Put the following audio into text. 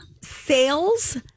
Sales